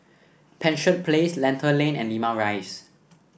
Penshurst Place Lentor Lane and Limau Rise